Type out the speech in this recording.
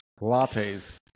lattes